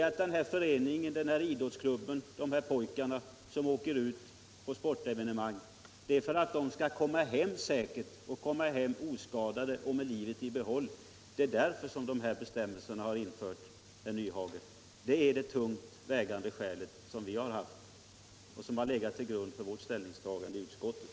Bestämmelserna har införts för att de där pojkarna i föreningen eller idrottsklubben som åker ut på sportevenemang skall komma hem säkert, oskadade och med livet i behåll, herr Nyhage. Det är de tungt vägande skäl vi har haft, och det är de som har legat till grund för vårt ställningstagande i utskottet.